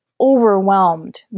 overwhelmed